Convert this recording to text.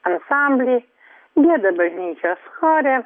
ansamblį nebe bažnyčios chore